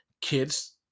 kids